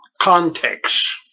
context